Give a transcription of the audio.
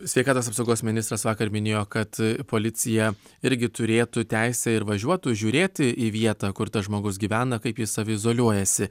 sveikatos apsaugos ministras vakar minėjo kad policija irgi turėtų teisę ir važiuotų žiūrėti į vietą kur tas žmogus gyvena kaip jis saviizoliuojasi